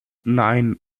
nein